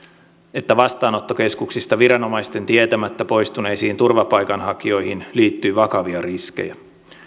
että vastaanottokeskuksista viranomaisten tietämättä poistuneisiin turvapaikanhakijoihin liittyy vakavia riskejä